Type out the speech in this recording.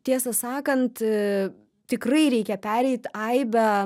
tiesą sakant tikrai reikia pereit aibę